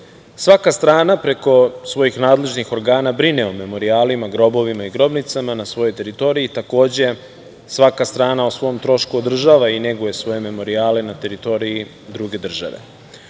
strana preko svojih nadležnih organa brine o memorijalima, grobovima i grobnicama na svojoj teritoriji. Takođe, svaka strana o svom trošku održava i neguje svoje memorijale na teritoriji druge